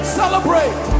celebrate